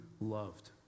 loved